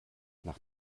nach